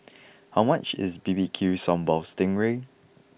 how much is B B Q Sambal Sting Ray